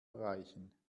erreichen